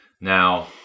Now